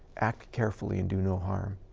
act carefully, and do no harm.